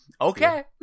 okay